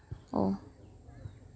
ᱚ